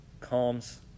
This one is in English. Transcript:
calms